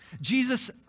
Jesus